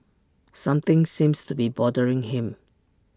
something seems to be bothering him